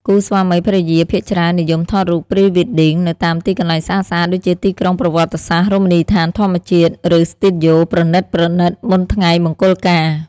គូស្វាមីភរិយាភាគច្រើននិយមថតរូប Pre-Wedding នៅតាមទីកន្លែងស្អាតៗ ដូចជាទីក្រុងប្រវត្តិសាស្ត្រ រមណីយដ្ឋានធម្មជាតិ ឬស្ទូឌីយោប្រណិតៗ មុនថ្ងៃមង្គលការ ។